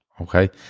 okay